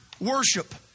worship